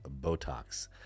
Botox